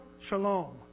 shalom